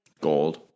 gold